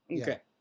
Okay